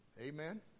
Amen